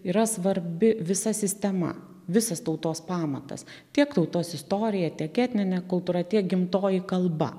yra svarbi visa sistema visas tautos pamatas tiek tautos istorija tiek etninė kultūra tiek gimtoji kalba